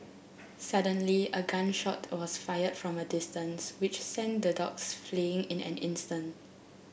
suddenly a gun shot was fired from a distance which sent the dogs fleeing in an instant